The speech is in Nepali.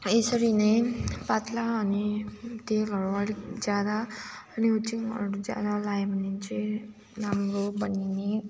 यसरी नै पातलो अनि तेलहरू अलिक ज्यादा अनि हुचिङहरू ज्यादा लगायो भने चाहिँ राम्रो बनिने